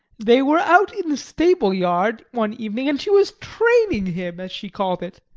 they were out in the stable yard one evening and she was training him as she called it.